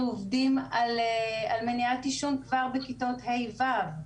אנחנו עובדים על מניעת עישון כבר בכיתות ה'-ו'.